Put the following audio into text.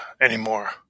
anymore